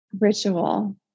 ritual